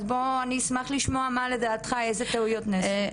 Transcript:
אני אשמח לשמוע אילו טעויות נעשו לדעתך.